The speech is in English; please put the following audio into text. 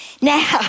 Now